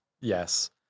yes